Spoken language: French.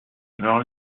leur